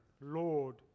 Lord